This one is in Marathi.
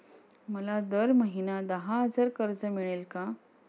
मला दर महिना दहा हजार कर्ज मिळेल का?